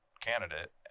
candidate